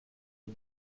est